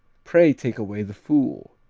pray take away the fool.